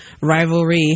rivalry